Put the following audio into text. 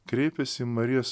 kreipias į marijas